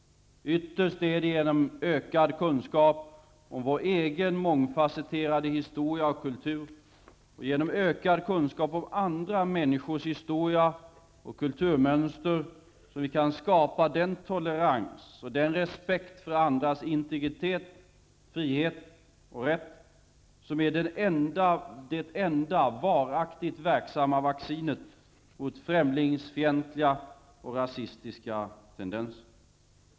Ytterst är det genom ökad kunskap om vår egen mångfasetterade historia och kultur och genom ökad kunskap om andra människors historia och kulturmönster som vi kan skapa den tolerans och den respekt för andras integritet, frihet och rättigheter som är det enda varaktigt verksamma vaccinet mot främlingsfientliga och rasistiska tendenser.